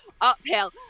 uphill